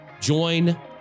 join